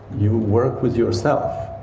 you work with yourself,